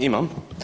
Imam.